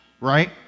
right